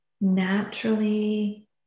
naturally